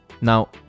Now